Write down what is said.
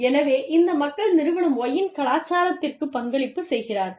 எனவே இந்த மக்கள் நிறுவனம் Y இன் கலாச்சாரத்திற்கு பங்களிப்பு செய்கிறார்கள்